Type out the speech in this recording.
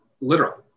literal